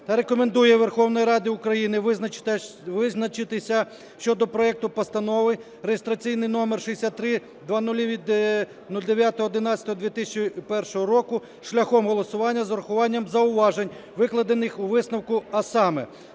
та рекомендує Верховній Раді України визначитися щодо проекту Постанови (реєстраційний номер 6300 від 09.11.2021 року) шляхом голосування з урахуванням зауважень, викладених у висновку.